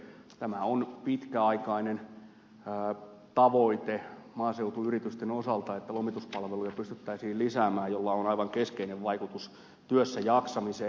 tämä on pitkäaikainen tavoite maaseutuyritysten osalta että lomituspalveluja pystyttäisiin lisäämään millä on aivan keskeinen vaikutus työssäjaksamiseen